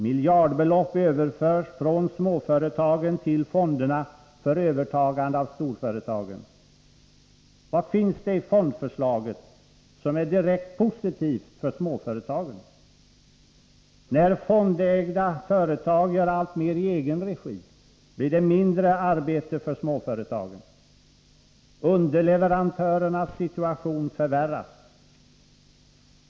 Miljardbelopp överförs från småföretagen till fonderna för övertagande av storföretagen. Vad finns det i fondförslaget som är direkt positivt för småföretagen? När fondägda företag gör alltmera i egen regi, blir det mindre arbete för småföretagen. Underleverantörernas situation förvärras.